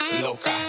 loca